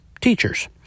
Teachers